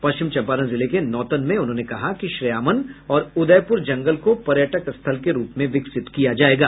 पश्चिम चंपारण जिले के नौतन में उन्होंने कहा कि श्रेयामन और उदयपुर जंगल को पयर्टक स्थल के रूप में विकसित किया जायेगा